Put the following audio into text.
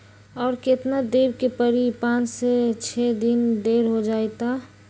और केतना देब के परी पाँच से छे दिन देर हो जाई त?